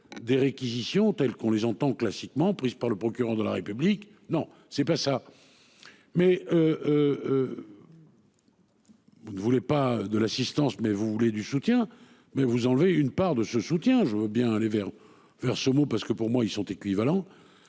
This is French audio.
des réquisitions tels qu'on les entend classiquement prise par le procureur de la République. Non c'est pas ça. Mais. Vous ne voulez pas de l'assistance. Mais vous voulez du soutien mais vous enlevez une part de ce soutien, je veux bien aller vers vers ce mot parce que pour moi ils sont équivalents,